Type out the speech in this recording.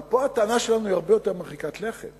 אבל פה הטענה שלנו היא הרבה יותר מרחיקת לכת.